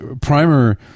Primer